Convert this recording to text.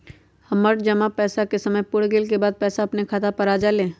हमर जमा पैसा के समय पुर गेल के बाद पैसा अपने खाता पर आ जाले?